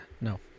No